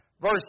Verse